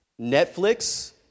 Netflix